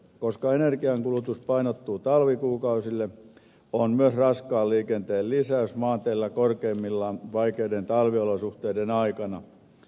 koska energiankulutus painottuu talvikuukausille on myös raskaan liikenteen lisäys maanteillä korkeimmillaan vaikeiden talviolosuhteiden aikana